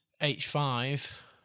H5